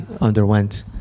underwent